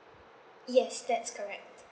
yes that's correct